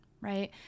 right